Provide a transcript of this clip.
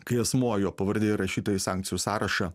kai asmuo jo pavardė įrašyta į sankcijų sąrašą